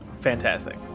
Fantastic